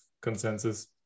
consensus